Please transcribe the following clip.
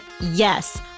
yes